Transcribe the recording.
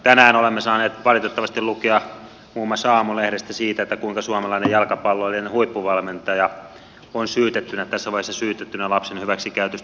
tänään olemme saaneet valitettavasti lukea muun muassa aamulehdestä siitä kuinka suomalainen jalkapalloilun huippuvalmentaja on syytettynä tässä vaiheessa syytettynä lapsen hyväksikäytöstä